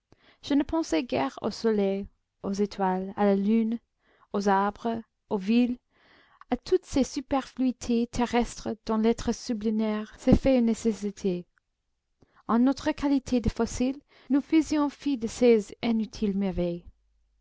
je ne pensais guère au soleil aux étoiles à la lune aux arbres aux maisons aux villes à toutes ces superfluités terrestres dont l'être sublunaire s'est fait une nécessité en notre qualité de fossiles nous faisions fi de ces inutiles merveilles